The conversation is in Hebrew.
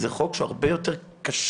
זה חוק הרבה יותר קשה,